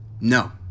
No